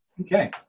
Okay